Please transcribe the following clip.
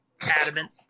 Adamant